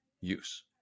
use